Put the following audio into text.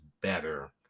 better